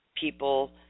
people